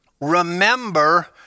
Remember